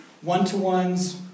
One-to-ones